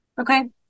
Okay